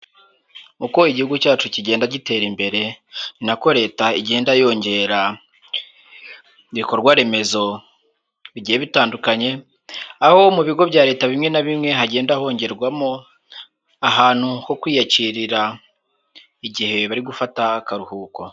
Uko igihugu cyacu kigenda gitera imbere, ni nako Leta igenda yongera ibikorwaremezo bigiye bitandukanye. Aho mu bigo bya Leta bimwe na bimwe hagenda hongerwamo ahantu ho kwiyakirira igihe bari gufata akaruhuko.